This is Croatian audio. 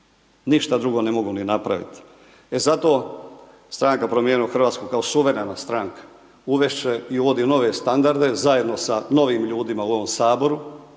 ništa drugo ne mogu ni napravit, e zato Stranka promijenimo Hrvatsku kao suverena stranka uvest će i uvodi u nove standarde zajedno sa novim ljudima u ovom HS,